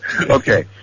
Okay